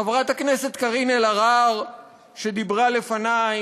חברת הכנסת קארין אלהרר שדיברה לפני,